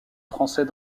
français